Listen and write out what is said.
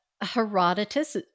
Herodotus